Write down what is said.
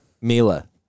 Mila